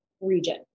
region